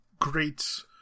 great